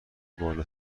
بالا